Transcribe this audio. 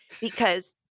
because-